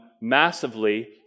massively